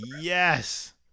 yes